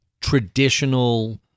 traditional